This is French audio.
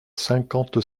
cinquante